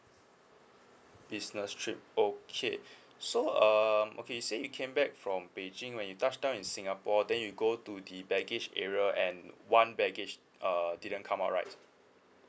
business trip okay so um okay you say you came back from beijing when you touch time in singapore then you go to the baggage area and one baggage uh didn't come out right